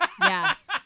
Yes